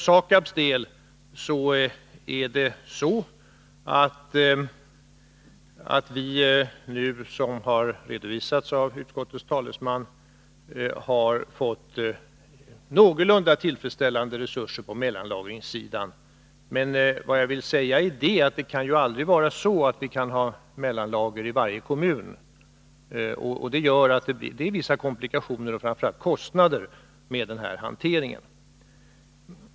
SAKAB har, som utskottets talesman har redovisat, fått någorlunda tillfredsställande resurser på mellanlagringssidan. Jag vill emellertid säga att vi aldrig kan ha mellanlager i varje kommun. Det uppstår vissa komplikationer, framför allt kostnader, när det gäller den här hanteringen.